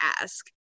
ask